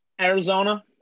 Arizona